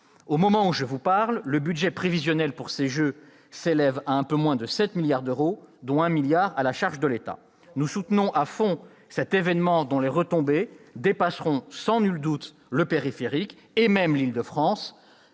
Au moment où je vous parle, le budget prévisionnel pour ces jeux s'élève à un peu moins de sept milliards d'euros, dont un milliard à la charge de l'État. Nous soutenons à fond cet événement dont les retombées dépasseront sans nul doute le périphérique, et même l'Île-de-France.